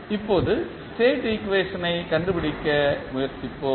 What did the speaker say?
இப்போது ஸ்டேட் ஈக்குவேஷனைக் கண்டுபிடிக்க முயற்சிப்போம்